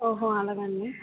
ఓహో అలాగండి